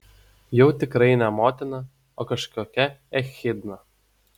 jau tikrai ne motina o kažkokia echidna